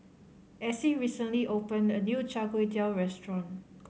Essie recently opened a new Char Kway Teow restaurant